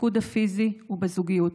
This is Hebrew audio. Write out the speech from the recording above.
בתפקוד הפיזי ובזוגיות.